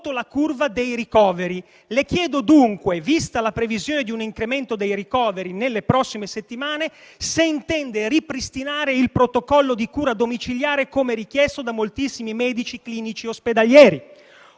la curva dei ricoveri. Le chiedo dunque, vista la previsione di un incremento dei ricoveri nelle prossime settimane, se intende ripristinare il protocollo di cura domiciliare come richiesto da moltissimi medici clinici ospedalieri.